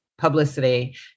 publicity